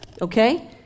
Okay